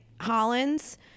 Hollins